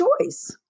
choice